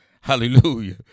hallelujah